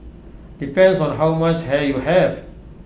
depends on how much hair you have